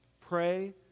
Pray